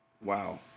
Wow